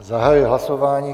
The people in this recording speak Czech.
Zahajuji hlasování.